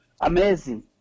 amazing